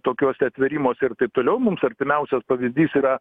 tokiuose atvėrimuose ir taip toliau mums artimiausias pavyzdys yra